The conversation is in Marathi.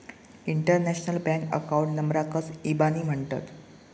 इंटरनॅशनल बँक अकाऊंट नंबराकच इबानी म्हणतत